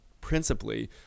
principally